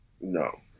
no